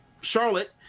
charlotte